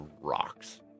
rocks